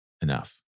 enough